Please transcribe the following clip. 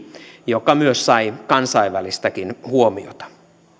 joka myös sai kansainvälistäkin huomiota